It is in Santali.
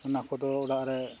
ᱚᱱᱟ ᱠᱚᱫᱚ ᱚᱲᱟᱜ ᱨᱮ